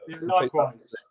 Likewise